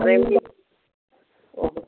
আরে এমনি